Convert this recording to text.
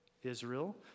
Israel